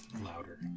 louder